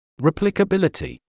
Replicability